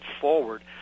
forward